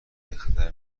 بخطر